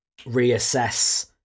reassess